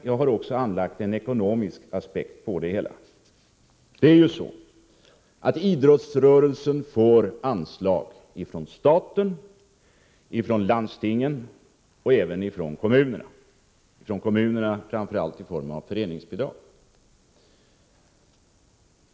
Jag har också anlagt en ekonomisk aspekt på det hela. Idrottsrörelsen får ju anslag från staten, landstingen och kommunerna — från kommunerna framför allt i form av föreningsbidrag.